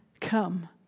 come